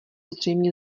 zřejmě